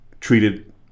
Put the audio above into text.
treated